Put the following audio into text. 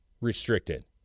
restricted